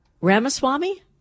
Ramaswamy